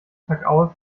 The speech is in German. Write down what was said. tagaus